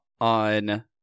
On